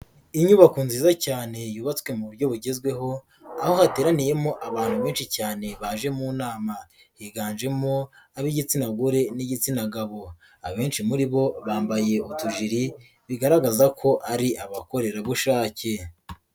Inyubako nziza cyane yubatswe mu buryo bugezweho, aho hateraniyemo abantu benshi cyane baje mu nama, higanjemo ab'igitsina gore n'igitsina gabo, abenshi muri bo bambaye utujiri, bigaragaza ko ari abakorerabushake.